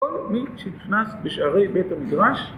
כל מי שנכנס בשערי בית המדרש